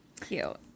Cute